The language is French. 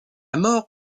mort